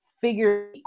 figure